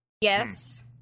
Yes